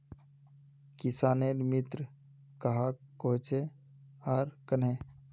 किसानेर मित्र कहाक कोहचे आर कन्हे?